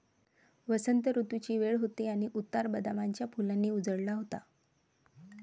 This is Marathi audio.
वसंत ऋतूची वेळ होती आणि उतार बदामाच्या फुलांनी उजळला होता